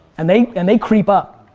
and they and they creep up.